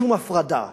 שום הפרדה